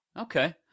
Okay